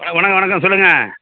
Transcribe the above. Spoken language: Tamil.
வணக்கம் வணக்கம் சொல்லுங்கள்